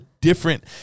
different